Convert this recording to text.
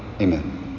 Amen